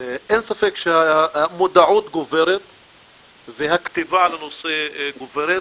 אין ספק שהמודעות גוברת והכתיבה על הנושא גוברת,